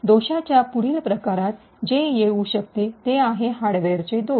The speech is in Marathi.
दोषाच्या पुढील प्रकारात जे येऊ शकते ते आहे हार्डवेअरचे दोष